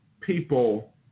people